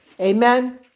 Amen